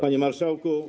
Panie Marszałku!